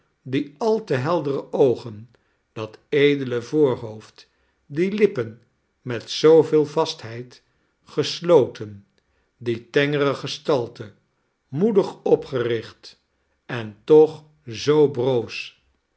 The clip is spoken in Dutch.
die al te heldere oogen dat edele voorhoofd die lippen met zooveel vastheid gesloten die tengere gestalte moedig opgericht en toch zoo broos